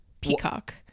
peacock